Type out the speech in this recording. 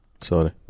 Sorry